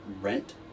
rent